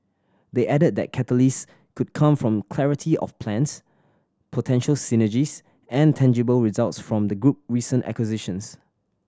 they added that catalyst could come from clarity of plans potential synergies and tangible results from the group recent acquisitions